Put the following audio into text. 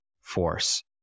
force